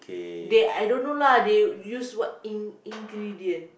they I don't know lah they use what in~ ingredient